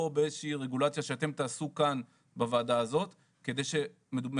או באיזו שהיא רגולציה שאתם תעשו כאן בוועדה הזאת לכדי פתרון.